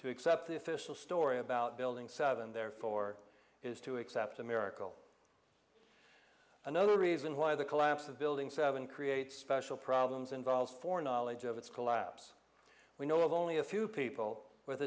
to accept the official story about building seven therefore is to accept a miracle another reason why the collapse of building seven creates special problems involves for knowledge of its collapse we know of only a few people with